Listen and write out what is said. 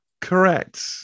Correct